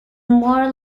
more